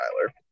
Tyler